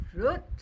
fruit